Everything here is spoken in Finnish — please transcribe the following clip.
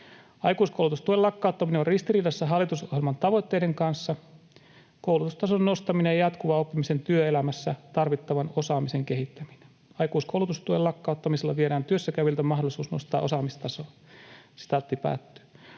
Aikuiskoulutustuen lakkauttaminen on ristiriidassa hallitusohjelman tavoitteiden kanssa: koulutustason nostamisen, jatkuvan oppimisen ja työelämässä tarvittavan osaamisen kehittämisen. Aikuiskoulutustuen lakkauttamisella viedään työssäkäyviltä mahdollisuus nostaa osaamistasoa.” Aikuiskoulutustuki